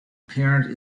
parent